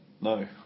no